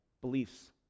beliefs